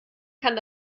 kann